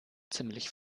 ziemlich